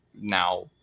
now